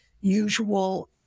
usual